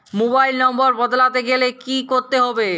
Mobile নম্বর বদলাতে গেলে কি করতে হবে?